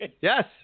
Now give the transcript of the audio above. yes